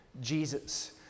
Jesus